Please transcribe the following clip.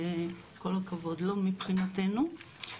כל הכבוד לו מבחינתנו.